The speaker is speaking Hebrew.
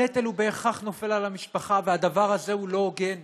הנטל בהכרח נופל על המשפחה, והדבר הזה לא הוגן.